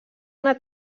una